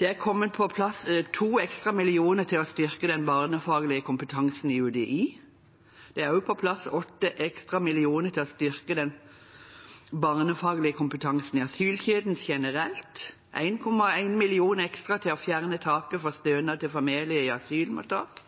Det er kommet på plass 2 mill. kr ekstra til å styrke den barnefaglige kompetansen i UDI. Det er også kommet på plass 8 mill. kr ekstra til å styrke den barnefaglige kompetansen i asylkjeden generelt, 1,1 mill. kr ekstra til å fjerne taket for stønad til familier i asylmottak